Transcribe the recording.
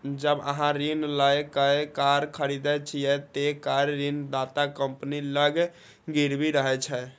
जब अहां ऋण लए कए कार खरीदै छियै, ते कार ऋणदाता कंपनी लग गिरवी रहै छै